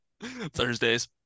Thursdays